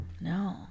No